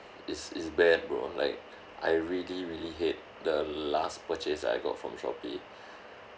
is is bad bro like I really really hate the last purchase I got from Shopee